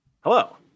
Hello